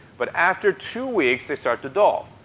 but after two weeks, they start to dull.